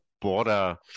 border